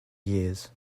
years